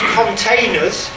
containers